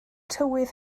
tywydd